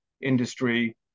industry